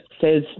says